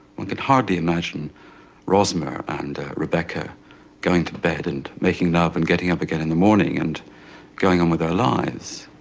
one could hardly imagine rosmer and rebecca going to bed and making love and getting up again in the morning and going on with their lives.